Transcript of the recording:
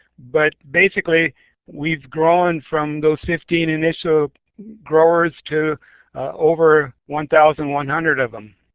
but basically we've grown from those fifteen initial growers to over one thousand one hundred of them.